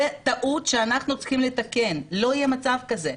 זו טעות שאנחנו צריכים לתקן שלא יהיה מצב כזה.